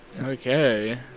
Okay